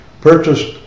purchased